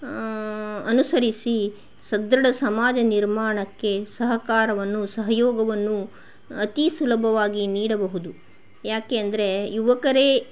ಅನುಸರಿಸಿ ಸದೃಢ ಸಮಾಜ ನಿರ್ಮಾಣಕ್ಕೆ ಸಹಕಾರವನ್ನು ಸಹಯೋಗವನ್ನು ಅತೀ ಸುಲಭವಾಗಿ ನೀಡಬಹುದು ಯಾಕೆಂದರೆ ಯುವಕರೇ